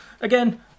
again